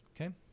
Okay